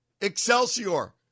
Excelsior